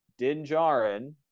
dinjarin